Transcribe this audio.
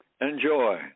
Enjoy